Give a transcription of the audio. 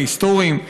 ההיסטוריים.